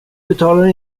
betalar